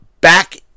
back